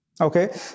okay